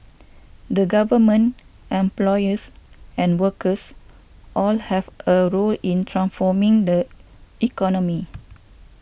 the government employers and workers all have a role in transforming the economy